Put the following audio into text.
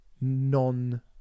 non